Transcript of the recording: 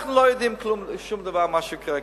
אנחנו לא יודעים שום דבר ממה שקורה כאן.